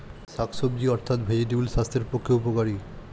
শাকসবজি অর্থাৎ ভেজিটেবল স্বাস্থ্যের পক্ষে উপকারী